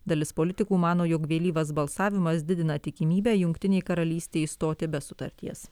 dalis politikų mano jog vėlyvas balsavimas didina tikimybę jungtinei karalystei išstoti be sutarties